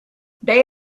they